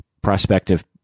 prospective